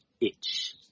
itch